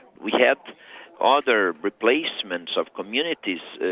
we had other replacements of communities,